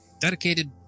dedicated